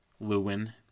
Lewin